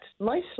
mostly